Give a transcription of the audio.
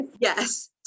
Yes